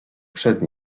przed